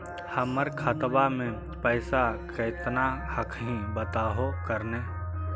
हमर खतवा में पैसा कितना हकाई बताहो करने?